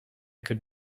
could